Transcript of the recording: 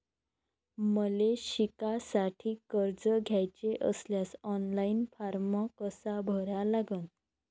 मले शिकासाठी कर्ज घ्याचे असल्यास ऑनलाईन फारम कसा भरा लागन?